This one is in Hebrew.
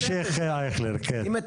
צריך להבין דת הסביבה --- אם אתה